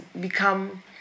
become